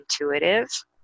intuitive